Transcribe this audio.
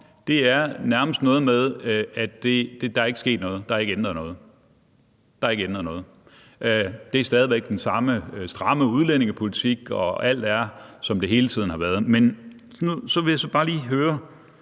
kommer, nærmest noget med, at der ikke er sket noget, at der ikke er ændret noget; det er stadig væk den samme stramme udlændingepolitik, og alt er, som det hele tiden har været. Men så vil jeg bare lige høre